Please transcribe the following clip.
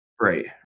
Right